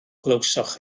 glywsoch